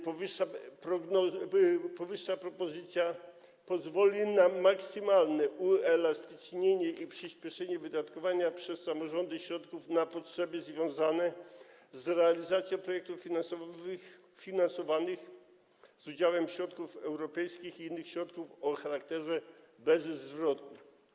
Powyższa propozycja pozwoli na maksymalne uelastycznienie i przyspieszenie wydatkowania przez samorządy środków na potrzeby związane z realizacją projektów finansowych finansowanych z udziałem środków europejskich i innych środków o charakterze bezzwrotnym.